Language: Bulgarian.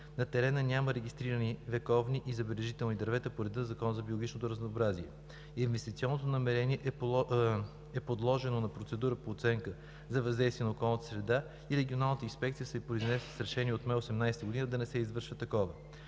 На терена няма регистрирани вековни и забележителни дървета по реда на Закона за биологичното разнообразие. Инвестиционното намерение е подложено на процедура по оценка за въздействие на околната среда и Регионалната инспекция се е произнесла с решение от май 2018 г. да не се извършва такова.